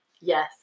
Yes